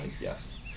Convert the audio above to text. yes